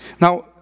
Now